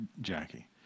Jackie